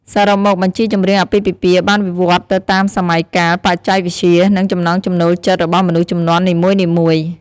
សរុបមក បញ្ជីចម្រៀងអាពាហ៍ពិពាហ៍បានវិវត្តន៍ទៅតាមសម័យកាល បច្ចេកវិទ្យា និងចំណង់ចំណូលចិត្តរបស់មនុស្សជំនាន់នីមួយៗ។